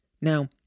Now